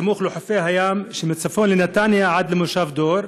סמוך לחופי הים שמצפון לנתניה עד למושב דור,